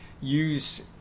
use